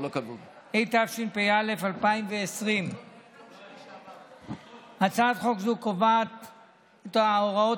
התשפ"א 2020. הצעת חוק זו קובעת את ההוראות